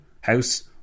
House